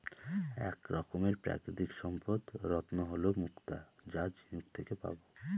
এক রকমের প্রাকৃতিক সম্পদ রত্ন হল মুক্তা যা ঝিনুক থেকে পাবো